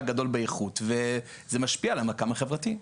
בגדול באיכות וזה משפיע על המרקם החברתי.